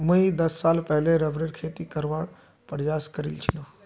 मुई दस साल पहले रबरेर खेती करवार प्रयास करील छिनु